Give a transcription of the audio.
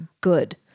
good